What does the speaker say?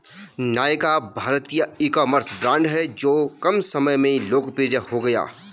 नायका भारतीय ecommerce brand हैं जो कम समय में लोकप्रिय हो गया